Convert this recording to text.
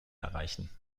erreichen